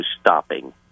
stopping